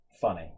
funny